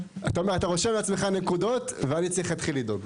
אתה אומר אתה רושם לעצמך נקודות ואני צריך להתחיל לדאוג.